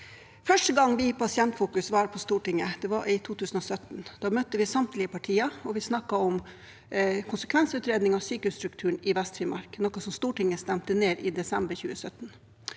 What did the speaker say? Første gang vi i Pasientfokus var på Stortinget, var i 2017. Da møtte vi samtlige partier, og vi snakket om konsekvensutredning av sykehusstrukturen i Vest-Finnmark, noe Stortinget stemte ned i desember 2017.